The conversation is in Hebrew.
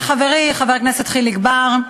חברי חבר הכנסת חיליק בר,